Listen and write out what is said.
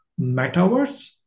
metaverse